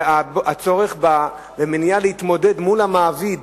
זה הצורך והמניע להתמודד מול המעביד,